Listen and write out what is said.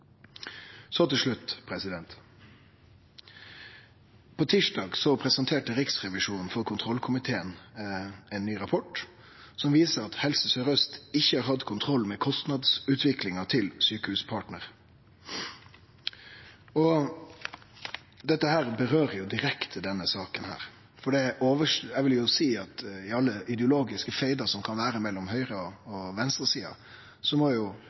til slutt: På tysdag presenterte Riksrevisjonen for kontrollkomiteen ein ny rapport som viser at Helse Sør-Aust ikkje har hatt kontroll med kostnadsutviklinga til Sykehuspartner. Dette vedkjem denne saka direkte, for eg vil seie at i alle ideologiske feidar som kan vere mellom høgre- og venstresida, må